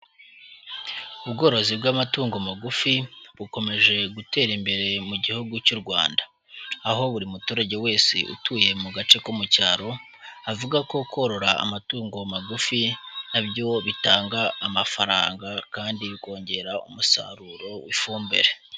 Ubworozi bw'amatungo magufi bukomeje gutera imbere mu gihugu cy'u Rwanda, aho buri muturage wese utuye mu gace ko mu cyaro avuga ko korora amatungo magufi nabyo bitanga amafaranga kandi bikongera umusaruro w'ifumbire.